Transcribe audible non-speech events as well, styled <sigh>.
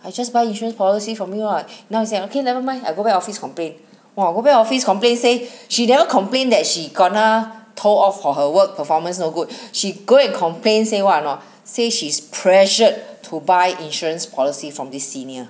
I just buy insurance policy from you what then I say okay never mind I go back office complain !wah! worker office complain say <breath> she never complained that she kena told off for her work performance no good <breath> she go and complain say what or not say she is pressured to buy insurance policy from this senior